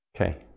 Okay